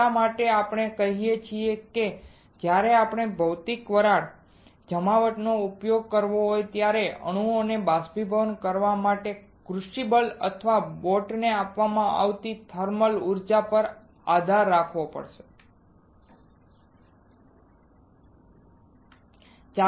એટલા માટે આપણે અહીં જે કહીએ છીએ તે છે જ્યારે તમારે ભૌતિક વરાળ જમાવટનો ઉપયોગ કરવો હોય ત્યારે તે અણુઓને બાષ્પીભવન કરવા માટે ક્રુસિબલ અથવા બોટને આપવામાં આવતી થર્મલ ઉર્જા પર આધાર રાખવો પડે છે